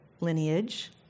Lineage